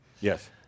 Yes